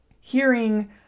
hearing